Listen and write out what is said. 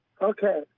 Okay